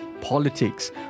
politics